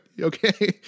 okay